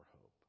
hope